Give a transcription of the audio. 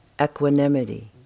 Equanimity